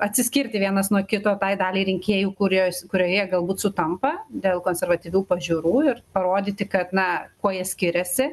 atsiskirti vienas nuo kito tai daliai rinkėjų kurie kurioje galbūt sutampa dėl konservatyvių pažiūrų ir parodyti kad na kuo jie skiriasi